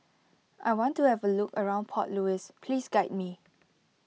I want to have a look around Port Louis please guide me